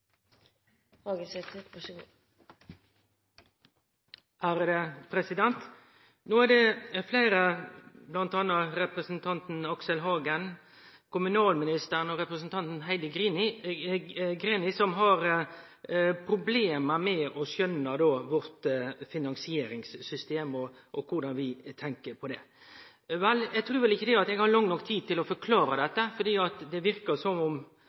Aksel Hagen, kommunalministaren og representanten Heidi Greni, som har problem med å skjønne vårt finansieringssystem og korleis vi tenkjer rundt det. Vel, eg trur ikkje eg har lang nok tid til å forklare det, for det verkar som om